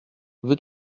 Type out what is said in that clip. veux